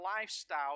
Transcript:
lifestyle